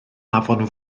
afon